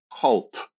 cult